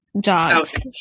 dogs